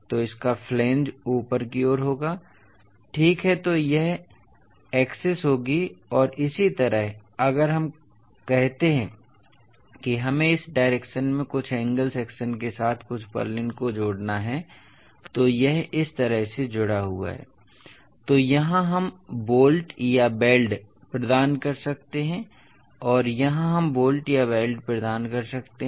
तो इसका फ्लैंज ऊपर की ओर होगा ठीक है तो यह एक्सिस होगी और इसी तरह अगर हम अब कहते हैं कि हमें इस डायरेक्शन में कुछ एंगल सेक्शन के साथ इस पुर्लिन्स को जोड़ना है तो यह इस तरह से जुड़ा हुआ है इसलिए यहां हम बोल्ट या वेल्ड प्रदान कर सकते हैं और यहां हम बोल्ट या वेल्ड प्रदान कर सकते हैं